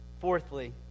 Fourthly